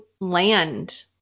land